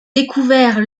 découvert